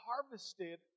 harvested